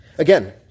Again